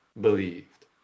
believed